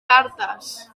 cartes